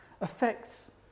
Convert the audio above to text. affects